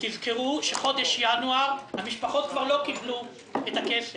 תזכרו שכבר בחודש ינואר המשפחות לא קיבלו את הכסף.